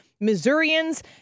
Missourians